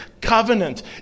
covenant